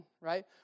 right